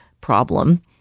problem